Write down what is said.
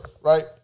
right